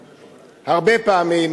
זה 14 בעד משום